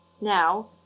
now